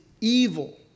evil